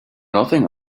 nothing